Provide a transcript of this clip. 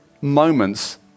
moments